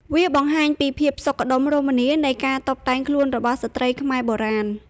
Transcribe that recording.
វាបង្ហាញពីភាពសុខដុមរមនានៃការតុបតែងខ្លួនរបស់ស្ត្រីខ្មែរបុរាណ។